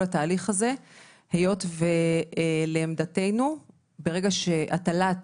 התהליך הזה היות ולעמדתנו ברגע שהטלת